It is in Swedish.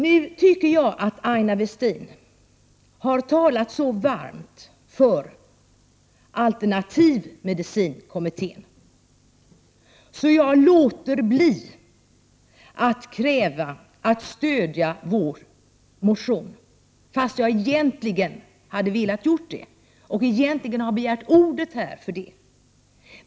Jag tycker att Aina Westin har talat så varmt för alternativmedicinkommittén att jag låter bli att yrka bifall till vår motion, trots att jag egentligen hade begärt ordet för att göra just det.